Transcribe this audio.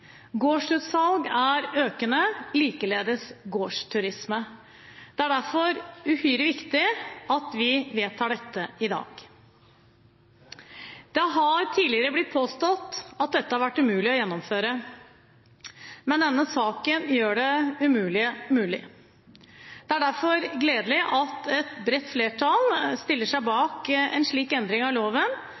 Gårdsutsalg er økende, likeledes gårdsturisme. Det er derfor uhyre viktig at vi vedtar dette i dag. Det har tidligere blitt påstått at dette har vært umulig å gjennomføre, men denne saken gjør det umulige mulig. Det er derfor gledelig at et bredt flertall stiller seg bak en slik endring av loven,